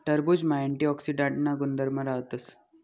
टरबुजमा अँटीऑक्सीडांटना गुणधर्म राहतस